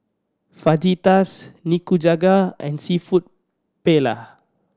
Fajitas Nikujaga and Seafood Paella